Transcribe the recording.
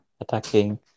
attacking